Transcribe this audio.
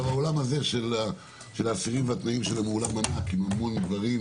העולם הזה של האסירים והתנאים שלהם הוא עולם ענק עם המון דברים.